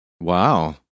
Wow